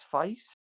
face